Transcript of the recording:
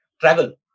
travel